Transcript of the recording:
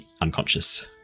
unconscious